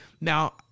Now